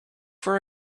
for